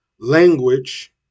language